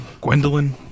Gwendolyn